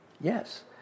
Yes